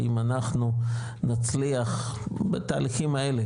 האם אנחנו נצליח בתהליכים האלה,